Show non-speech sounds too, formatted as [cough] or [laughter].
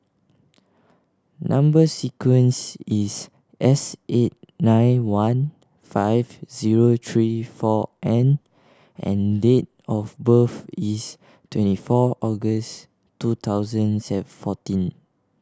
number sequence is S eight nine one five zero three four N and date of birth is twenty four August two thousand [unintelligible] fourteen